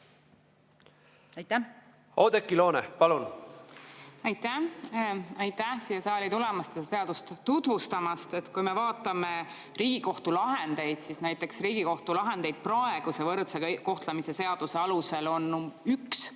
all. Oudekki Loone, palun! Aitäh! Aitäh siia saali tulemast ja seda seadust tutvustamast! Kui me vaatame Riigikohtu lahendeid, siis näeme, et Riigikohtu lahendeid näiteks praeguse võrdse kohtlemise seaduse alusel on üks.